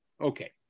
Okay